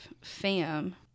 fam